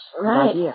Right